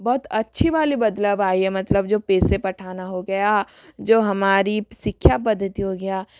बहुत अच्छी वाली बदलाव आई है मतलब जो पैसे पढ़ाना हो गया जो हमारी शिक्षा पद्धति हो गया